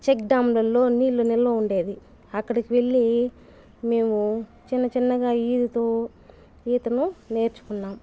check డ్యామ్లలో నీళ్ళు నిల్వ ఉండేది అక్కడికి వెళ్ళి మేము చిన్నచిన్నగా ఈదుతూ ఈతను నేర్చుకున్నాం